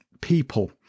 people